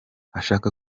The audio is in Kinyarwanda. ashaka